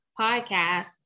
podcast